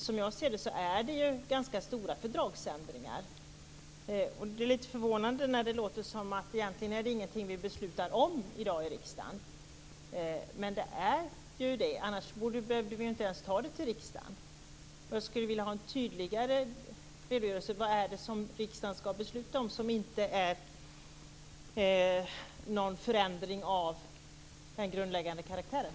Som jag ser det är det ganska stora fördragsändringar. Det är lite förvånande när det låter som att det egentligen inte är något som vi beslutar om i dag i riksdagen, men det är ju det. Annars hade vi inte ens behövt ta detta till riksdagen. Jag skulle vilja ha ett tydligare besked om vad det är som riksdagen ska besluta om som inte är någon förändring av den grundläggande karaktären.